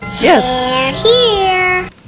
yes